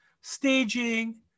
staging